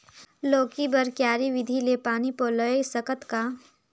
लौकी बर क्यारी विधि ले पानी पलोय सकत का?